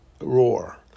roar